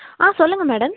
ஆ சொல்லுங்கள் மேடம்